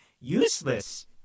useless